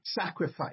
sacrifice